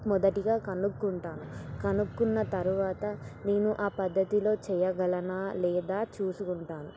మొదటిగా కనుక్కుంటాను కనుక్కున్న తర్వాత నేను ఆ పద్ధతిలో చేయగలనా లేదా చూసుకుంటాను